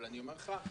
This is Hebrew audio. אבל אני אומר לך,